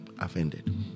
offended